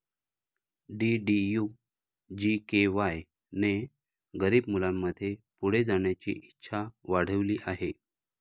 DDU GKY ने गरीब मुलांमध्ये पुढे जाण्याची इच्छा वाढविली आहे